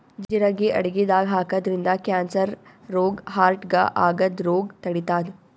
ಜಿರಗಿ ಅಡಗಿದಾಗ್ ಹಾಕಿದ್ರಿನ್ದ ಕ್ಯಾನ್ಸರ್ ರೋಗ್ ಹಾರ್ಟ್ಗಾ ಆಗದ್ದ್ ರೋಗ್ ತಡಿತಾದ್